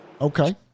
Okay